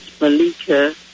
Malika